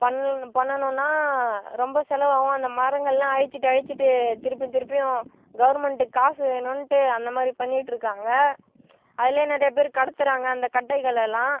பண்ணு பண்ணணுன்னால் ரொம்ப செலவாகவும் அந்த மரங்கள்லாம் அழிச்சிவிட்டு அழிச்சிவிட்டு திருப்பியும் திருப்பியும் கவர்மண்ட்க்கு காசு வேணும்ட்டு அந்த மாதிரி பண்ணிகிட்டுருக்காங்க அதிலேயே நிறைய பேர் கடத்துறாங்க அந்த கட்டைங்களலாம்